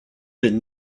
been